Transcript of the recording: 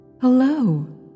Hello